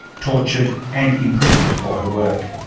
tortured and imprisoned for her work.